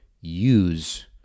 use